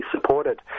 supported